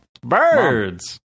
Birds